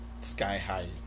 sky-high